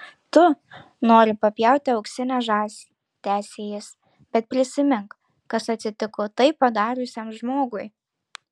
tu nori papjauti auksinę žąsį tęsė jis bet prisimink kas atsitiko tai padariusiam žmogui